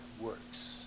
works